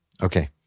Okay